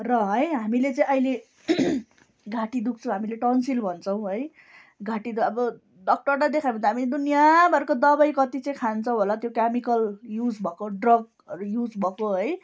र है हामीले चाहिँ अहिले घाँटी दुख्छ हामीले टनसिल भन्छौँ है घाँटी त अब डक्टर देखायो भने त हामी दुनियाँ भरको दवाई कति चाहिँ खान्छौँ होला त्यो केमिकल युज भएको ड्रगहरू युज भएको है